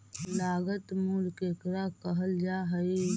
लागत मूल्य केकरा कहल जा हइ?